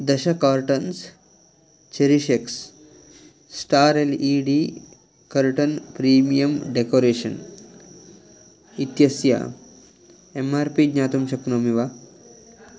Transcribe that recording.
दश cartons cherishx star L E D curtain premium decoration इत्यस्य M R P ज्ञातुं शक्नोमि वा